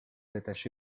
attaché